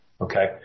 okay